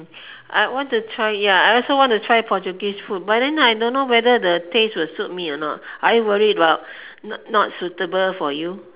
I want to try ya I also want to try Portuguese food but then I don't know whether the taste will suit me or not are you worried about not suitable for you